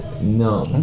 no